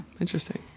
Interesting